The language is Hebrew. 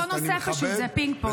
זה אותו נושא חשוב, זה פינג-פונג.